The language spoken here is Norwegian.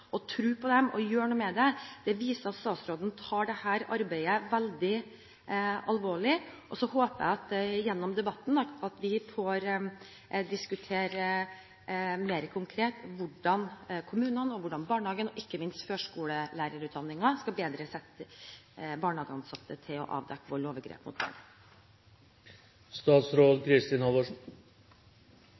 på dem og gjøre noe med det viser at statsråden tar dette arbeidet veldig alvorlig. Så håper jeg at vi gjennom debatten får diskutert mer konkret hvordan kommunene, barnehagene og ikke minst førskolelærerutdanningen skal sette de barnehageansatte bedre i stand til å avdekke vold og overgrep mot